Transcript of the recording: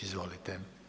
Izvolite.